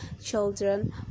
children